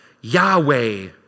Yahweh